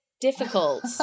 difficult